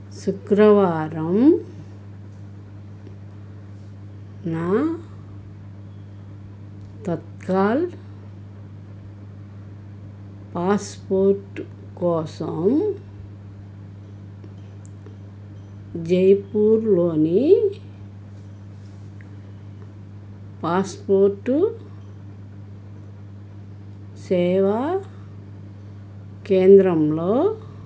శుక్రవారం నా తత్కాల్ పాస్పోర్టు కోసం జైపూర్లోని పాస్పోర్టు సేవా కేంద్రంలో